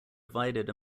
divided